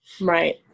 Right